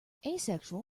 asexual